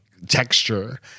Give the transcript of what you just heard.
Texture